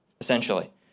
essentially